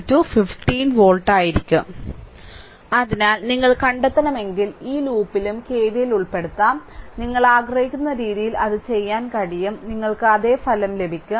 VThevenin 15 volt ആയിരിക്കും അതിനാൽ നിങ്ങൾ കണ്ടെത്തണമെങ്കിൽ ഈ ലൂപ്പിലും KVL ഉൾപ്പെടുത്താം നിങ്ങൾ ആഗ്രഹിക്കുന്ന രീതിയിൽ അത് ചെയ്യാൻ കഴിയും നിങ്ങൾക്ക് അതേ ഫലം ലഭിക്കും